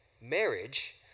marriage